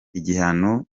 igihano